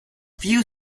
few